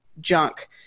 junk